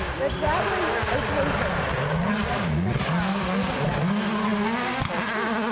but that was occasional and the rest of the time, even then we were eating these whole foods.